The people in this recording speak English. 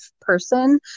person